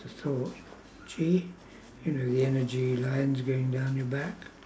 the thought chi you know the energy lines going down your back